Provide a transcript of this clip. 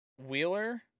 Wheeler